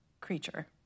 creature